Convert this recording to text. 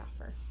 offer